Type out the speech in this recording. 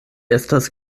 estas